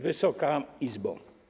Wysoka Izbo!